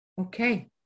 Okay